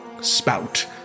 spout